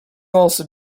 also